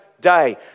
day